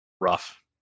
Rough